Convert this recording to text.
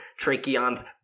tracheons